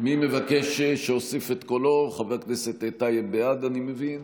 מיוחדות להתמודדות עם נגיף הקורונה החדש